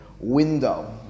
window